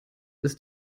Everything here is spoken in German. ist